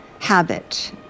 habit